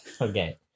okay